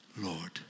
Lord